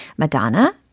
Madonna